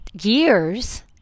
years